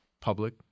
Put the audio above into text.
public